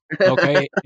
Okay